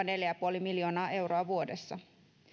neljä pilkku viisi miljoonaa euroa vuodessa